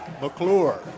McClure